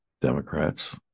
Democrats